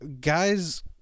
guys